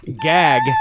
gag